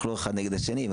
אנחנו לא אחד נגד השני.